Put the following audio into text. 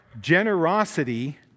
generosity